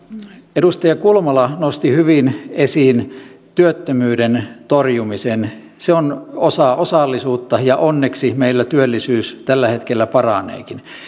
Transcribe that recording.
edustaja kulmala nosti hyvin esiin työttömyyden torjumisen se on osa osallisuutta ja onneksi meillä työllisyys tällä hetkellä paraneekin